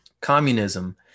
Communism